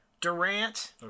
Durant